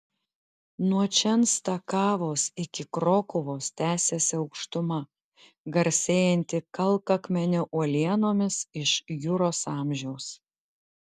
nuo čenstakavos iki krokuvos tęsiasi aukštuma garsėjanti kalkakmenio uolienomis iš juros amžiaus